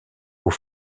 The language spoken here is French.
aux